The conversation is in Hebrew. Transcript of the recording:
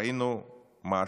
ראינו מהן ההשלכות.